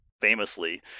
famously